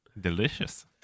delicious